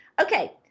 Okay